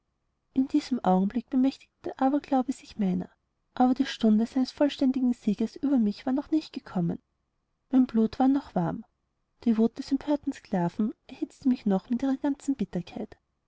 in diesem augenblick bemächtigte der aberglaube sich meiner aber die stunde seines vollständigen sieges über mich war noch nicht gekommen mein blut war noch warm die wut des empörten sklaven erhitzte mich noch mit ihrer ganzen bitterkeit